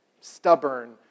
stubborn